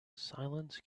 silence